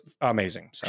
amazing